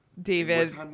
David